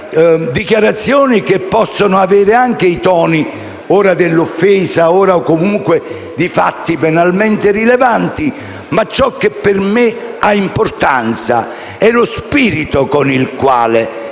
dichiarazioni che possono avere anche i toni ora dell'offesa, ora comunque di fatti penalmente rilevanti; ma ciò che per me ha importanza è lo spirito con il quale